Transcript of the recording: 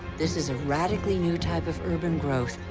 this is a radically new type of urban growth,